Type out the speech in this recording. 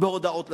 בהודעות לתקשורת.